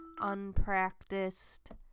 unpracticed